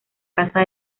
casa